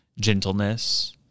gentleness